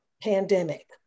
pandemic